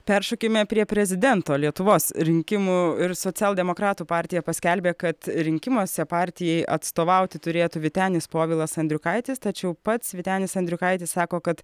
peršokime prie prezidento lietuvos rinkimų ir socialdemokratų partija paskelbė kad rinkimuose partijai atstovauti turėtų vytenis povilas andriukaitis tačiau pats vytenis andriukaitis sako kad